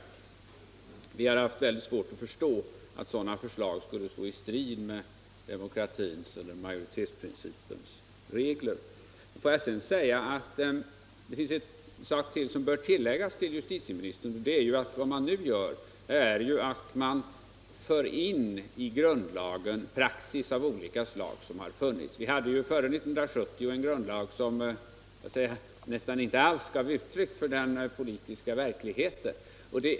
Vi har svårt att förstå att sådana förslag skulle kunna stå i strid med demokratins och majoritetsprincipens regler. Får jag sedan tillägga en sak till justitieministern. Jag vill säga att vad man nu gör är att man i grundlagen för in praxis av olika slag. Före år 1970 hade vi en grundlag som nästan inte alls gav uttryck för den politiska verkligheten.